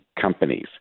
companies